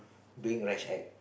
doing rash act